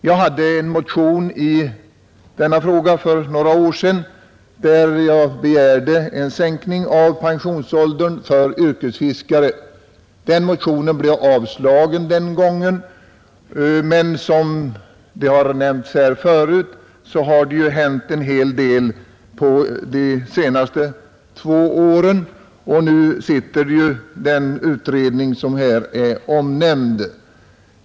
Jag väckte en motion i denna fråga för några år sedan, där jag begärde en sänkning av pensionsåldern för yrkesfiskare. Motionen blev avslagen den gången, men som nämnts här förut har det hänt en hel del på de senaste två åren, och nu arbetar ju en utredning med dessa frågor.